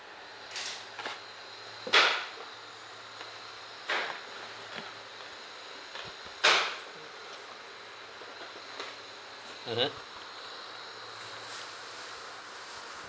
mmhmm